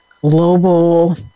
global